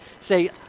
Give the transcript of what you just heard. Say